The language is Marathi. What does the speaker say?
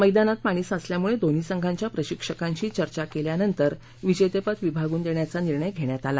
मैदानात पाणी साचलामुळे दोन्ही संघांच्या प्रशिक्षकांशी चर्चा केल्यानंतर विजेतेपद विभागून देण्याचा निर्णय घेण्यात आला